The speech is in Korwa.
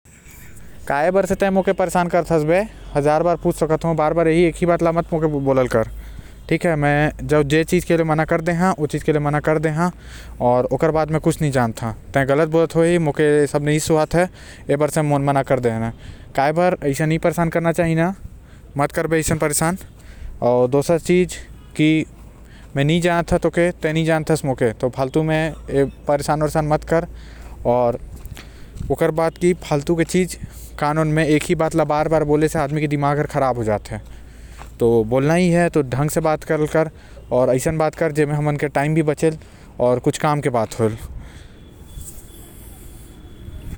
काबर मोला परेशान करत हास। जब मैं बोल देहे हो इक्के बात ल बहुत मत दोहरा आऊ एक के चीज कान में बोले से दिमाग खराब होते। जब मैं तोला नि जानत हो तो काबर परेशान करत हास।